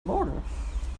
morgen